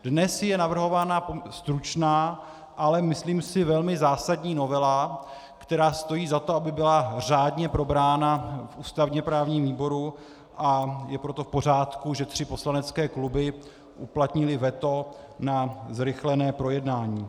Dnes je navrhována stručná, ale myslím si velmi zásadní novela, která stojí za to, aby byla řádně probrána v ústavněprávním výboru, a je proto v pořádku, že tři poslanecké kluby uplatnily veto na zrychlené projednání.